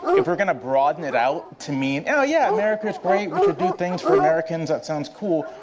if we're going to broaden it out to mean, oh, yeah, america is great. we should do things for americans, that sounds cool,